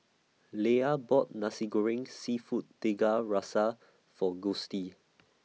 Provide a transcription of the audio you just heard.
Leia bought Nasi Goreng Seafood Tiga Rasa For Gustie